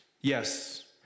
yes